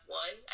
one